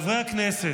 חברי הכנסת.